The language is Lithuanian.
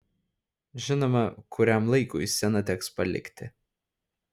žinoma kuriam laikui sceną teks palikti